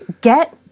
get